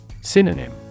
Synonym